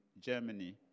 Germany